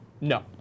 No